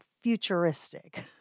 futuristic